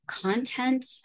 content